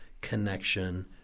connection